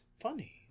funny